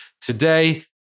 today